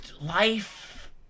life